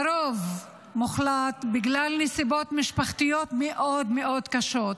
והרוב המוחלט בגלל נסיבות משפחתיות מאוד מאוד קשות,